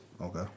Okay